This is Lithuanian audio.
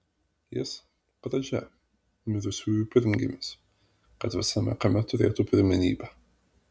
jis pradžia mirusiųjų pirmgimis kad visame kame turėtų pirmenybę